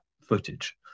footage